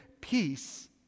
Peace